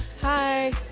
Hi